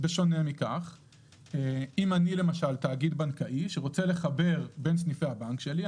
אם אני תאגיד בנקאי שרוצה לחבר בין סניפי הבנק שלי,